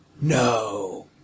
No